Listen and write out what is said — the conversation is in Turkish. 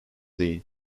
değil